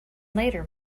later